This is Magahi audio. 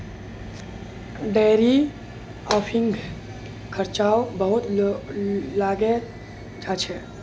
डेयरी फ़ार्मिंगत खर्चाओ बहुत लागे जा छेक